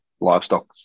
livestock